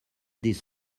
this